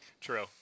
True